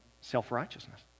self-righteousness